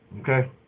okay